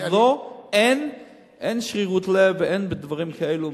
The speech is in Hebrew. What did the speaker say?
אבל אין שרירות לב ואין בדברים כאלה,